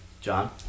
John